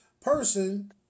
person